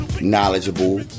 knowledgeable